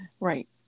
Right